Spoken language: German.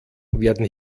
werden